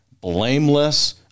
blameless